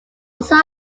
also